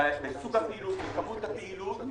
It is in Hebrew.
בסוג הפעילות, בכמות הפעילות,